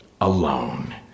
alone